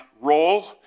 role